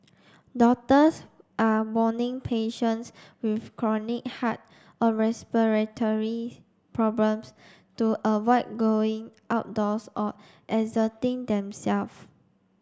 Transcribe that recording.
doctors are warning patients with chronic heart or respiratory problems to avoid going outdoors or exerting themselves